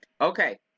Okay